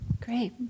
Great